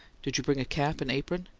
did you bring a cap and apron?